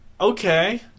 Okay